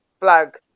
flag